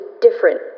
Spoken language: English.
different